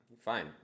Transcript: fine